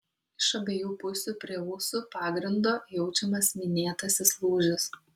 iš abiejų pusių prie ūsų pagrindo jaučiamas minėtasis lūžis